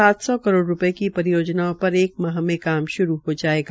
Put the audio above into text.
सात सौ करोड़ रूपये की परियोजनाओं पर एक माह में काम श्रू हो जायेगा